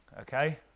okay